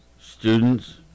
students